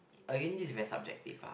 again this is very subjective lah